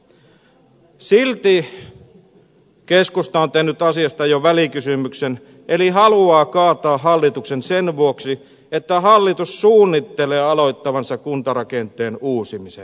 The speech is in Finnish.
silti keskusta on tehnyt asiasta jo välikysymyksen eli haluaa kaataa hallituksen sen vuoksi että hallitus suunnittelee aloittavansa kuntarakenteen uusimisen